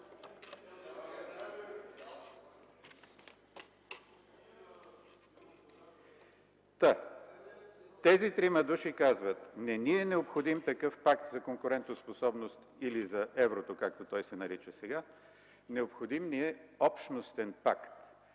тези трима души казват: „Не ни е необходим такъв Пакт за конкурентоспособност или за еврото, както той се нарича сега. Необходим ни е общностен Пакт,